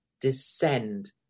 descend